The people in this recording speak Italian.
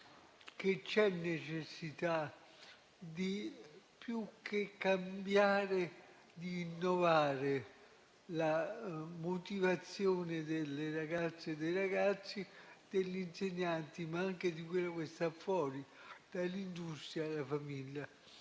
c'è necessità più che di cambiare, di innovare la motivazione delle ragazze e dei ragazzi, degli insegnanti, ma anche di quello che sta fuori, dall'industria alla famiglia.